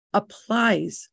applies